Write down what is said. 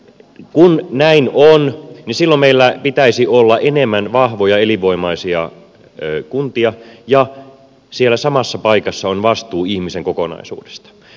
kun näin on niin silloin meillä pitäisi olla enemmän vahvoja elinvoimaisia kuntia ja siellä samassa paikassa on vastuu ihmisen kokonaisuudesta